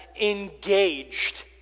engaged